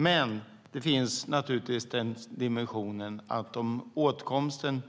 Men det finns naturligtvis också den dimensionen att om åtkomsten